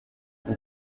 vous